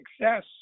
success